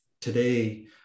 today